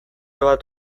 bat